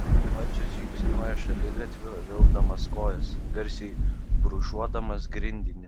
marčius žingsniuoja šaligatviu vilkdamas kojas garsiai brūžuodamas grindinį